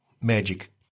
magic